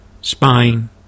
spine